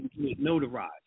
Notarized